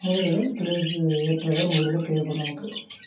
முதலீடும் தொழிலுக்கு ஏற்றவாறு முதலீடு தேவைப்படும் நமக்கு